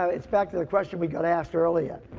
um it's back to the question we got asked earlier,